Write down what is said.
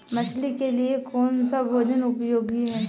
मछली के लिए कौन सा भोजन उपयोगी है?